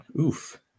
Oof